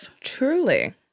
Truly